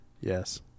Yes